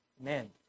men